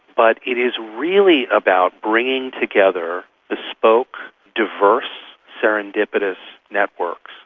but it is really about bringing together bespoke, diverse, serendipitous networks,